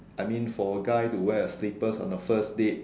I mean for a guy to wear a slippers on the first date